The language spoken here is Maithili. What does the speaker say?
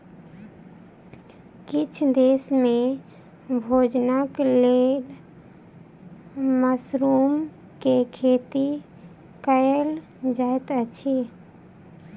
किछ देस में भोजनक लेल मशरुम के खेती कयल जाइत अछि